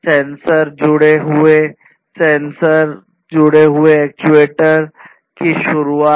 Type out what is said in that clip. sensor जुड़े हुए sensor जुड़े हुए एक्चुएटर की शुरूआत